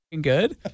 good